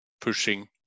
pushing